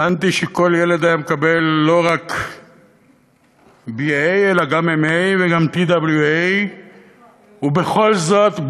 טענתי שכל ילד היה מקבל לא רק BA אלא גם MA וגם TWA. ובכל זאת,